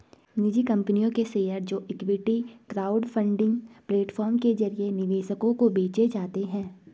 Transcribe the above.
निजी कंपनियों के शेयर जो इक्विटी क्राउडफंडिंग प्लेटफॉर्म के जरिए निवेशकों को बेचे जाते हैं